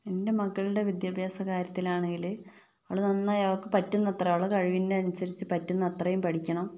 എൻ്റെ മകളുടെ വിദ്യാഭ്യാസകാര്യത്തിലാണെങ്കില് അവള് നന്നായി അവൾക്ക് പറ്റുന്നത്ര അവളുടെ കഴിവിനനുസരിച്ച് പറ്റുന്നത്രയും പഠിക്കണം